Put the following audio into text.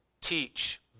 teach